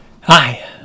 Hi